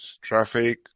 traffic